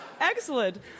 Excellent